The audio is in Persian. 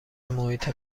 محیط